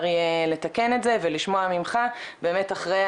אפשר יהיה לתקן את זה ולשמוע ממך באמת אחרי